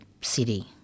city